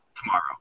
tomorrow